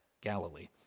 Galilee